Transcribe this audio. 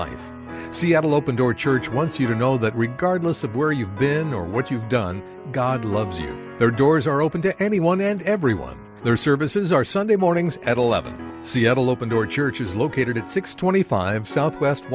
life seattle open door church once you know that regardless of where you've been or what you've done god loves their doors are open to anyone and everyone their services are sunday mornings at eleven seattle open door church is located at six twenty five south west